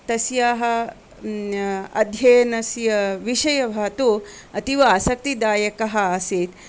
तस्याः अध्ययनस्य विषयः तु अतीव आसक्तिदायकः आसीत्